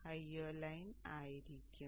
Io line ആയിരിക്കും